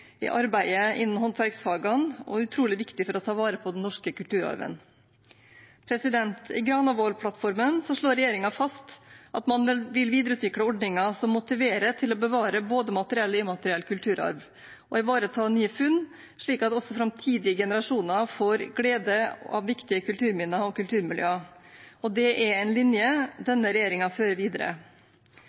i arbeidet innen håndverksfagene og utrolig viktige for å ta vare på den norske kulturarven. I Granavolden-plattformen slår regjeringen fast at man vil videreutvikle ordninger som motiverer til å bevare både materiell og immateriell kulturarv og ivareta nye funn, slik at også framtidige generasjoner får glede av viktige kulturminner og kulturmiljøer. Det er en linje denne regjeringen fører videre.